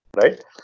right